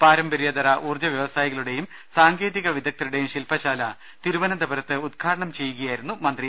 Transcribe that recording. പാരമ്പര്യേതര ഊർജ വൃവസായികളുടെയും സാങ്കേതിക വിദഗ്ധരു ടെയും ശിൽപ്പശാല തിരുവനന്തപുരത്ത് ഉദ്ഘാടനം ചെയ്യുകയായിരുന്നു മന്ത്രി